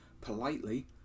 politely